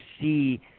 see